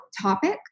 topic